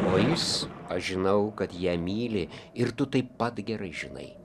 o jis aš žinau kad ją myli ir tu taip pat gerai žinai